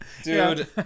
Dude